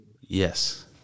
Yes